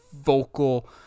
vocal